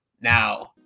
now